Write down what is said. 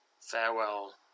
Farewell